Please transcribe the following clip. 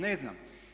Ne znam.